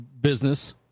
business